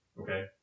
Okay